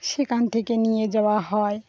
সেখান থেকে নিয়ে যাওয়া হয়